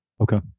okay